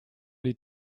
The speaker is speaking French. les